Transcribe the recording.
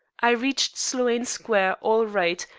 i reached sloane square all right,